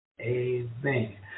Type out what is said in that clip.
Amen